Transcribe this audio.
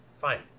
Fine